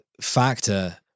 factor